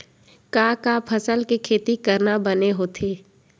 का का फसल के खेती करना बने होथे?